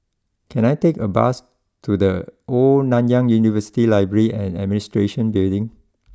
can I take a bus to the Old Nanyang University library and Administration Building